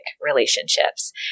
relationships